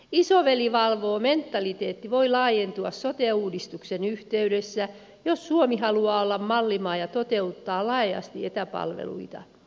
isoveli valvoo mentaliteetti voi laajentua sote uudistuksen yhteydessä jos suomi haluaa olla mallimaa ja toteuttaa laajasti etäpalveluita